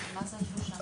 מה זה השלושה מיליארד?